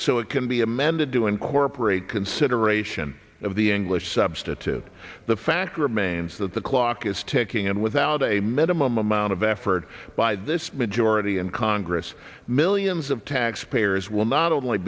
so it can be amended to incorporate consideration of the english substitute the fact remains that the clock is ticking and without a minimum amount of for by this majority in congress millions of taxpayers will not only